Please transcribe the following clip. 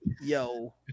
yo